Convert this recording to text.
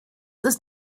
ist